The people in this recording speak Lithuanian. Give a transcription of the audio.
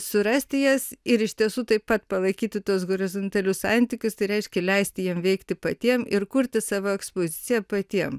surasti jas ir iš tiesų taip pat palaikyti tuos horizontalius santykius tai reiškia leisti jiem veikti patiem ir kurti savo ekspoziciją patiem